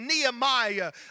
Nehemiah